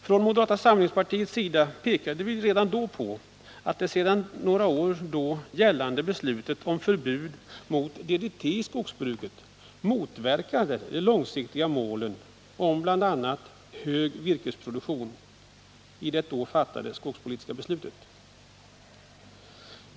Från moderata samlingspartiets sida pekade vi redan då på att det sedan några år gällande beslutet om förbud mot DDT i skogsbruket motverkade de Nr 148 långsiktiga målen — bl.a. hög virkesproduktion — i det då fattade Onsdagen den skogspolitiska beslutet.